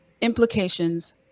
implications